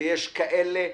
יש כאלה,